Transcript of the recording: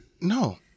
No